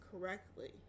correctly